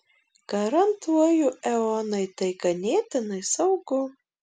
garantuoju eonai tai ganėtinai saugu